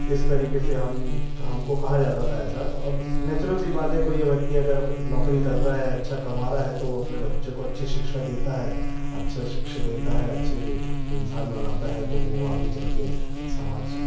इस तरीके से हम हमको कहा जाता था ऐसा और नेचुरल सी बात है कोई व्यक्ति अगर नौकरी कर रहा है अच्छा कमा रहा है तो वो अपनी बच्चों को अच्छी शिक्षा देता है अच्छा शिक्षा देता है अच्छे इंसान बनाता है तो वो आगे चलके समाज